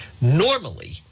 Normally